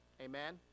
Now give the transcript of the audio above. amen